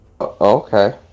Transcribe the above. Okay